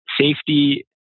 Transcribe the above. safety